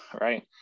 Right